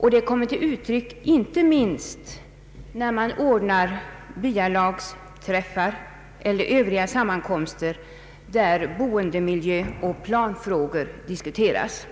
vilket inte minst kommer till uttryck genom deltagande i byalagsträffar eller andra sammankomster där boendemiljö och planfrågor diskuteras.